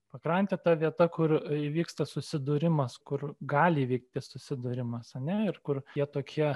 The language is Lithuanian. pakrantė ta vieta kur įvyksta susidūrimas kur gali įvykti susidūrimas ar ne ir kur jie tokie